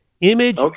Image